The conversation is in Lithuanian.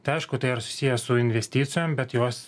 tai aišku tai yra susiję su investicijom bet jos